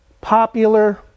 popular